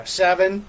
seven